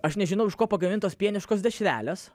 aš nežinau iš ko pagamintos pieniškos dešrelės